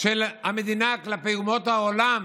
של המדינה כלפי אומות העולם